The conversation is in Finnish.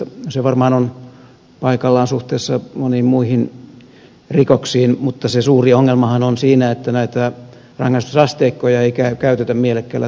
se varmaan on paikallaan suhteessa moniin muihin rikoksiin mutta se suuri ongelmahan on siinä että näitä rangaistusasteikkoja ei käytetä mielekkäällä tavalla